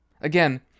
Again